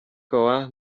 koła